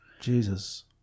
Jesus